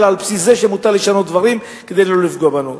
אלא על בסיס זה שמותר לשנות דברים כדי לא לפגוע בנו.